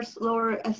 lower